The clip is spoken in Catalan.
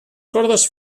cordes